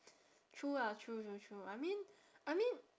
true ah true true true I mean I mean